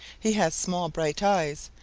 he has small bright eyes.